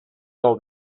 old